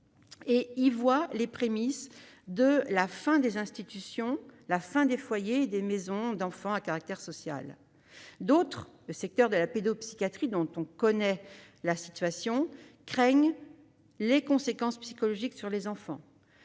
ils y voient les prémices de la fin des institutions, des foyers et des maisons d'enfants à caractère social (MECS). D'autres, dans le secteur de la pédopsychiatrie, dont on connaît la situation actuelle, craignent les conséquences psychologiques de cette